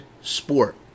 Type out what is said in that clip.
sport